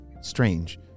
strange